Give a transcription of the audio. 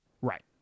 Right